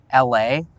LA